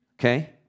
Okay